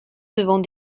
devant